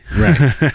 right